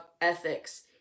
ethics